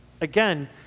Again